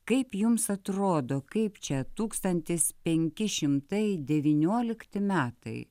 kaip jums atrodo kaip čia tūkstantis penki šimtai devyniolikti metai